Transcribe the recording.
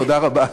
תודה רבה.